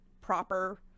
proper